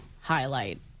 highlight